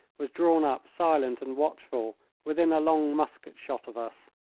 was drawn up silent and watchful within a long musket-shot of us.